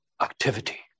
activity